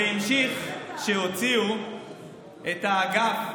בטח, זה נמשך כשהוציאו את האגף,